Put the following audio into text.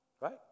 right